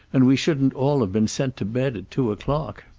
and we shouldn't all have been sent to bed at two o'clock.